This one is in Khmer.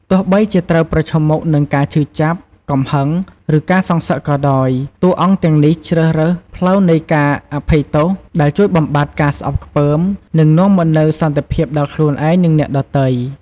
ទោះបីជាត្រូវប្រឈមមុខនឹងការឈឺចាប់ កំហឹង ឬការសងសឹកក៏ដោយ តួអង្គទាំងនេះជ្រើសរើសផ្លូវនៃការអភ័យទោស ដែលជួយបំបាត់ការស្អប់ខ្ពើម និងនាំមកនូវសន្តិភាពដល់ខ្លួនឯង និងអ្នកដទៃ។